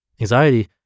Anxiety